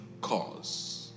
cause